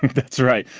that's right.